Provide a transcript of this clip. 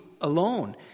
alone